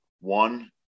one